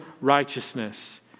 righteousness